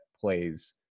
plays